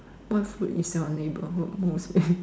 what food is your neighbourhood most in